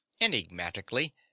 Enigmatically